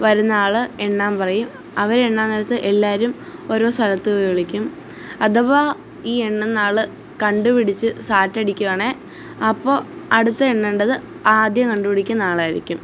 വരുന്ന ആള് എണ്ണാന് പറയും അവര് എണ്ണാന് നേരത്ത് എല്ലാവരും ഓരോ സ്ഥലത്ത് പോയി ഒളിക്കും അഥവാ ഈ എണ്ണുന്ന ആള് കണ്ടുപിടിച്ച് സാറ്റടിക്കുവാണെങ്കില് അപ്പോള് അടുത്ത് എണ്ണേണ്ടത് ആദ്യം കണ്ടുപിടിക്കുന്ന ആളായിരിക്കും